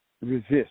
resist